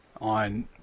on